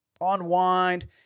unwind